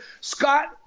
Scott